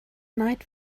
night